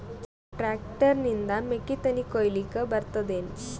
Tractor ನಿಂದ ಮೆಕ್ಕಿತೆನಿ ಕೊಯ್ಯಲಿಕ್ ಬರತದೆನ?